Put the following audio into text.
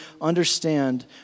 understand